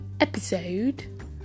episode